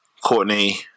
Courtney